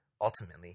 Ultimately